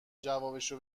جوابشو